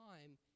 time